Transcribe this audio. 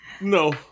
No